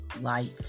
life